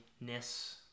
ness